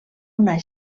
una